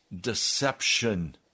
deception